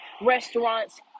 restaurants